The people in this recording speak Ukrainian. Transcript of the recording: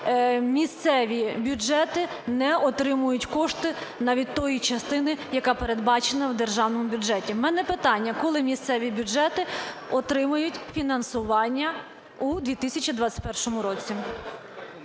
місцеві бюджети не отримують кошти навіть тієї частини, яка передбачена у державному бюджеті. В мене питання: коли місцеві бюджети отримають фінансування у 2021 році?